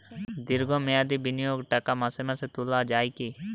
দীর্ঘ মেয়াদি বিনিয়োগের টাকা মাসে মাসে তোলা যায় কি?